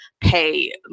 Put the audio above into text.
pay